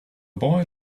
boy